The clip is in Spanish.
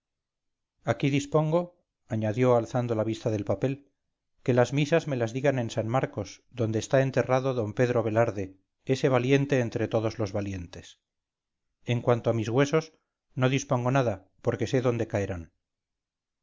aquí dispongo añadió alzando la vista del papel que las misas me las digan en san marcos donde está enterrado d pedro velarde ese valiente entre todos los valientes en cuanto a mis huesos no dispongo nada porque no sé dónde caerán